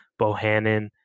Bohannon